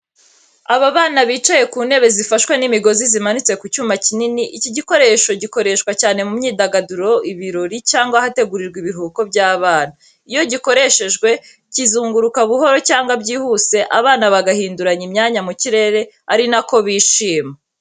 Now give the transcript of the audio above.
Aba bana bicaye ku ntebe zifashwe n’imigozi zimanitse ku cyuma kinini. Iki gikoresho gikoreshwa cyane mu myidagaduro ibirori, cyangwa ahategurirwa ibiruhuko by’abana. Iyo gikoreshejwe, kizunguruka buhoro cyangwa byihuse abana bagahinduranya imyanya mu kirere, ari na ko bishima.